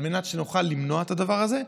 על מנת שנוכל למנוע את הדבר הזה,